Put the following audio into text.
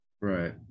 Right